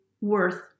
worth